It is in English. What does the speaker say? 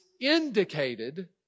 indicated